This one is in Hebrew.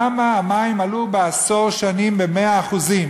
למה מחירי המים עלו בעשור שנים ב-100%?